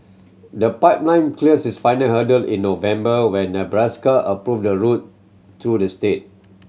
the pipeline cleared its final hurdle in November when Nebraska approved the route through the state